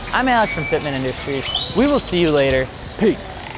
i'm alex from fitment industries. we will see you later, peace.